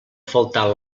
faltar